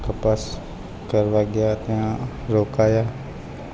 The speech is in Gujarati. તપાસ કરવા ગયા ત્યાં રોકાયા